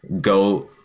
go